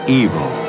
evil